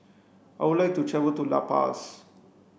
I would like to travel to La Paz